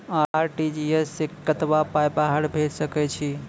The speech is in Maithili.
आर.टी.जी.एस सअ कतबा पाय बाहर भेज सकैत छी?